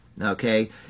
okay